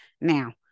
Now